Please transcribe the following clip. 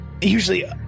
usually